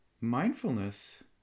Mindfulness